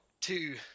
two